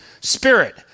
Spirit